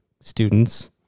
students